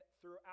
throughout